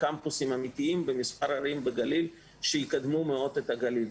קמפוסים אמיתיים במספר ערים בגליל שיקדמו מאוד את הגליל.